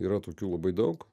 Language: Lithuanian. yra tokių labai daug